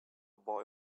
boy